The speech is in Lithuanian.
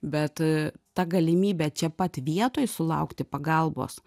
bet ta galimybė čia pat vietoj sulaukti pagalbos